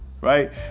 right